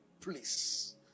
please